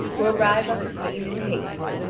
who arrive on the scene in haste.